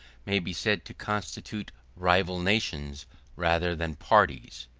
may be said to constitute rival nations rather than parties.